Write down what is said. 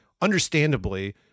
understandably